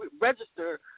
register